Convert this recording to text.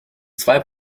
zwei